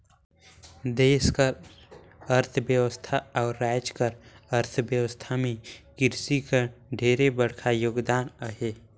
देस कर अर्थबेवस्था अउ राएज कर अर्थबेवस्था में किरसी कर ढेरे बड़खा योगदान अहे